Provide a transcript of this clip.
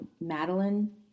Madeline